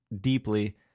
deeply